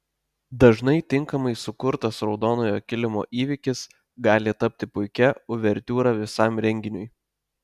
dažnai tinkamai sukurtas raudonojo kilimo įvykis gali tapti puikia uvertiūra visam renginiui